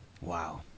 Wow